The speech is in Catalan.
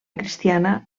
cristiana